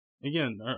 again